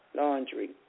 laundry